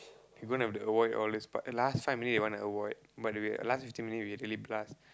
we gonna have to avoid all these but last five minutes they want to avoid but we last fifteen minutes we really blast